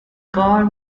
car